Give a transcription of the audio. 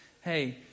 Hey